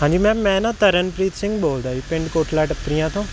ਹਾਂਜੀ ਮੈਮ ਮੈਂ ਨਾ ਤਰਨਪ੍ਰੀਤ ਸਿੰਘ ਬੋਲਦਾ ਜੀ ਪਿੰਡ ਕੋਟਲਾ ਟੱਪਰੀਆਂ ਤੋਂ